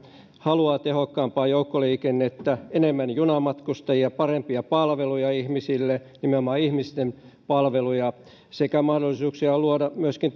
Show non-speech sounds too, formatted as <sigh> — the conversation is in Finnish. haluaa tehokkaampaa joukkoliikennettä enemmän junamatkustajia parempia palveluja ihmisille nimenomaan ihmisten palveluja sekä mahdollisuuksia luoda myöskin <unintelligible>